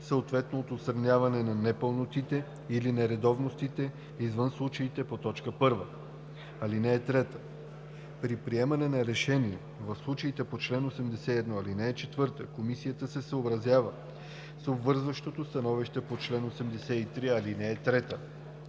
съответно от отстраняване на непълнотите или нередовностите – извън случаите по т. 1. (3) При приемане на решение в случаите по чл. 81, ал. 4 Комисията се съобразява с обвързващото становище по чл. 83, ал. 3.